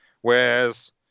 whereas